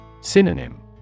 synonym